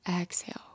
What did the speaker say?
Exhale